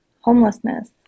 homelessness